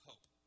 Hope